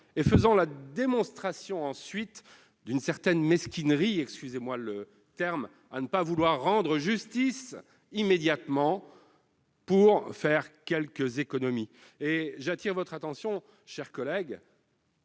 ensuite la démonstration d'une certaine mesquinerie, passez-moi le terme, à ne pas vouloir rendre justice immédiatement pour faire quelques économies. J'attire votre attention, mes chers collègues,